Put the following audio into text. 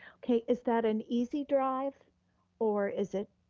okay, is that an easy drive or is it,